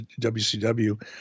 WCW